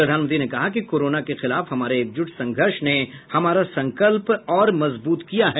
प्रधानमंत्री ने कहा कि कोरोना के खिलाफ हमारे एकजुट संघर्ष ने हमारा संकल्प और मजबूत किया है